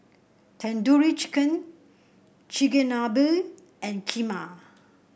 Tandoori Chicken Chigenabe and Kheema